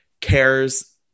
cares